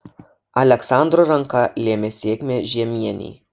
aleksandro ranka lėmė sėkmę žiemienei